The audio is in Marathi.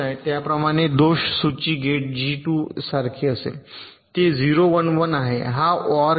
त्याचप्रमाणे दोष सूची गेट जी 2 यासारखे असेल ते 0 1 1 आहे हा ओआर गेट आहे